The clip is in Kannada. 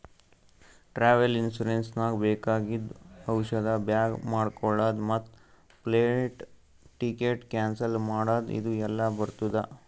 ಟ್ರಾವೆಲ್ ಇನ್ಸೂರೆನ್ಸ್ ನಾಗ್ ಬೇಕಾಗಿದ್ದು ಔಷಧ ಬ್ಯಾಗ್ ನೊಡ್ಕೊಳದ್ ಮತ್ ಫ್ಲೈಟ್ ಟಿಕೆಟ್ ಕ್ಯಾನ್ಸಲ್ ಮಾಡದ್ ಇದು ಎಲ್ಲಾ ಬರ್ತುದ